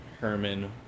Herman